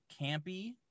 campy